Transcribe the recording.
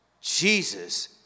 Jesus